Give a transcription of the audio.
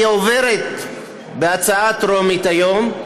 היא עוברת בקריאה טרומית היום,